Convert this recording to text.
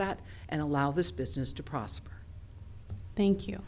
that and allow this business to prosper thank you